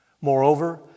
Moreover